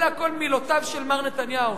אלה הכול מילותיו של מר נתניהו,